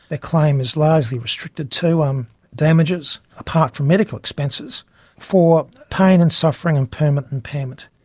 their claim is largely restricted to um damages, apart from medical expenses for pain and suffering and permanent impairment.